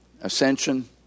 ascension